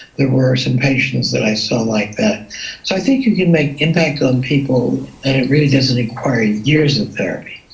there were some patients that i saw like that. so i think you can make impact on people and it really doesn't require years of therapy,